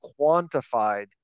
quantified